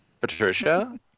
Patricia